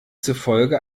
zufolge